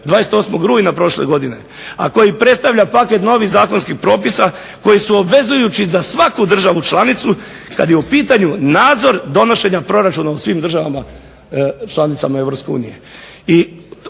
20. rujna prošle godine, a koji predstavlja paket novih zakonskih propisa koji su obvezujući za svaku državu članicu kada je u pitanju nadzor donošenja proračuna u svim državama članicama EU.